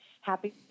Happy